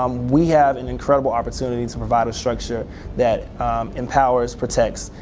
um we have an incredible opportunity to provide a structure that empowers, protects,